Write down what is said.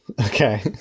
Okay